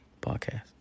Podcast